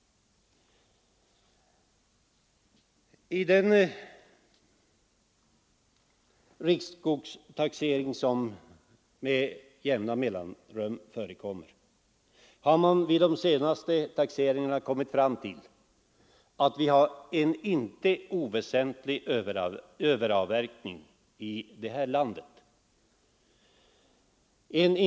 I den riksskogstaxering som med jämna mellanrum förekommer har man vid de senaste taxeringarna kommit fram till att vi har en inte oväsentlig överavverkning i det här landet.